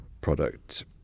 product